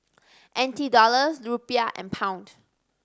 N T Dollars Rupiah and Pound